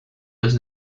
has